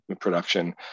production